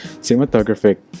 cinematographic